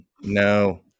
No